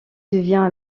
devient